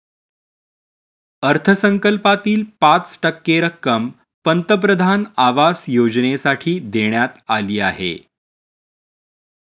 अर्थसंकल्पातील पाच टक्के रक्कम पंतप्रधान आवास योजनेसाठी देण्यात आली आहे